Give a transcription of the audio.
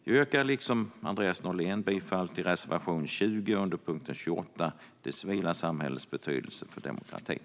Jag yrkar liksom Andreas Norlén bifall till reservation 20 under punkten 28 om det civila samhällets betydelse för demokratin.